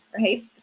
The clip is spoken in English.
right